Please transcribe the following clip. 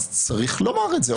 אז צריך לומר את זה,